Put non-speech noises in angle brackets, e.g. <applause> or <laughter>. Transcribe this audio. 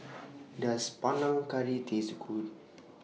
<noise> Does Panang Curry Taste Good